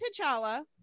t'challa